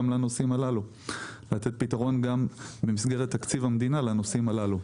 לנושאים הללו; לתת פתרונות במסגרת תקציב המדינה לנושאים הללו.